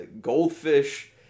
goldfish